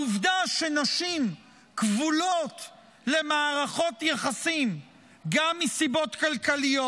העובדה שנשים כבולות למערכות יחסים גם מסיבות כלכליות,